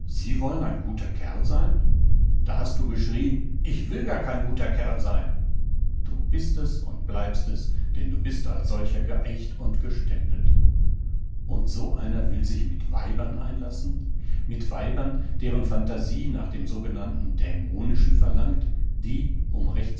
sie wollen ein guter kerl sein da hast du gut schreien ich will gar kein guter kerl sein du bist es und bleibst es denn du bist als solcher geeicht und gestempelt und so einer will sich mit weibern einlassen mit weibern deren phantasie nach dem sogenannten dämonischen verlangt die